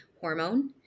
hormone